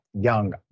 young